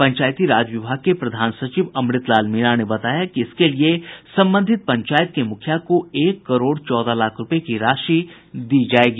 पंचायती राज विभाग के प्रधान सचिव अमृतलाल मीणा ने बताया कि इसके लिए संबंधित पंचायत के मुखिया को एक करोड़ चौदह लाख रूपये की राशि दी जायेगी